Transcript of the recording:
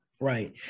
right